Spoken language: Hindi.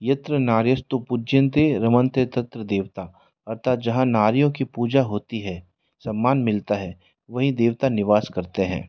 यत्र नारेस्तू पूज्यंते रवंते तत्र देवता अर्थात जहाँ नारियों की पूजा होती है सम्मान मिलता है वहीं देवता निवास करते हैं